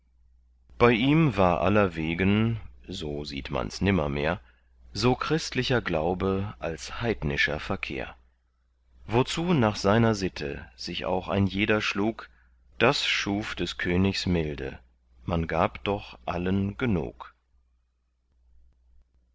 bei ihm war allerwegen so sieht mans nimmermehr so christlicher glaube als heidnischer verkehr wozu nach seiner sitte sich auch ein jeder schlug das schuf des königs milde man gab doch allen genug